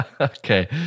Okay